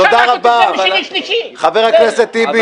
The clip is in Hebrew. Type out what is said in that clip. גם אני רוצה -- תודה רבה, חבר הכנסת טיבי.